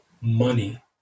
money